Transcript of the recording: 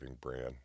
brand